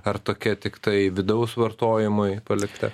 ar tokia tiktai vidaus vartojimui palikta